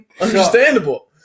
Understandable